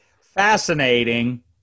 Fascinating